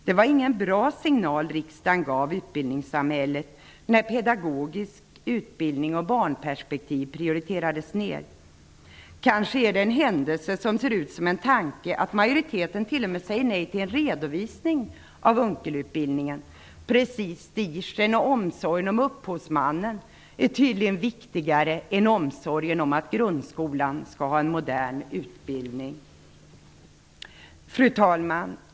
Det var ingen bra signal riksdagen gav utbildningssamhället när pedagogisk utbildning och barnperspektiv inte prioriterades. Kanske är det en händelse som ser ut som en tanke att majoriteten t.o.m. säger nej till en redovisning av Unckelutbildningen. Prestigen och omsorgen om upphovsmannen är tydligen viktigare än omsorgen om att grundskolan skall ha en modern utbildning.